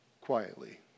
quietly